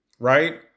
Right